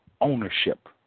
ownership